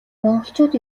монголчууд